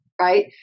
right